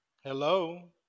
Hello